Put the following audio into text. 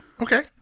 Okay